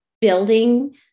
building